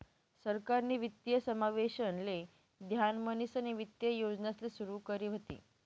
सरकारनी वित्तीय समावेशन ले ध्यान म्हणीसनी वित्तीय योजनासले सुरू करी व्हती